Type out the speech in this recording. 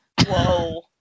Whoa